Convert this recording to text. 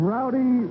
Rowdy